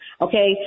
okay